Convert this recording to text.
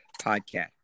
podcast